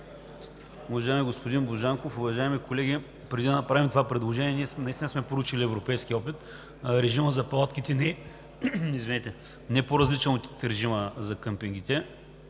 Уважаеми господин Божанков, уважаеми колеги! Преди да направим това предложение, ние сме проучили европейския опит. Режимът за палатките не е по-различен от режима за другите